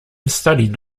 studied